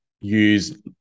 use